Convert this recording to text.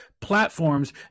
platforms